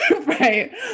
Right